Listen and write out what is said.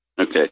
okay